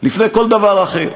לפני כל דבר אחר.